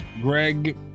Greg